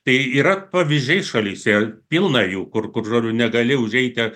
tai yra pavyzdžiai šalyse pilna jų kur kur negali užeiti